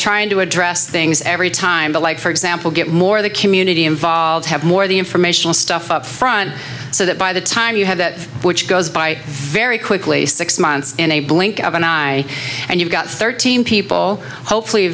trying to address things every time the like for example get more of the community involved have more the informational stuff up front so that by the time you have that which goes by very quickly six months in a blink of an eye and you've got thirteen people hopefully